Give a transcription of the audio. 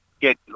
get